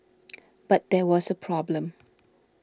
but there was a problem